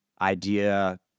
idea